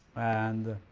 and